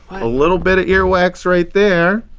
a little bit of ear wax right there.